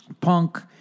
Punk